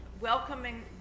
welcoming